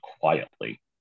quietly